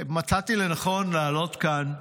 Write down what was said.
מצאתי לנכון לעלות לכאן,